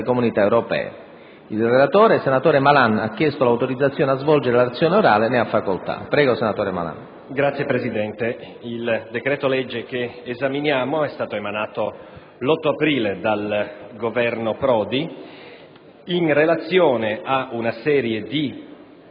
Signor Presidente, il decreto-legge in esame è stato emanato l'8 aprile dal Governo Prodi, in relazione ad una serie di